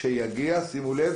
שיגיע שימו לב